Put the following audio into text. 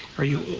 are you